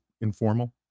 informal